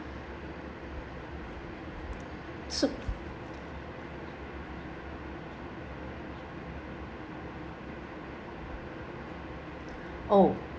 so oh